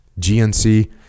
GNC